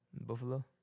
buffalo